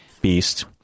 beast